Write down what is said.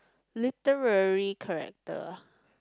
literary character ah